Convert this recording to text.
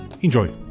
Enjoy